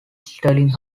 sterling